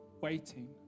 waiting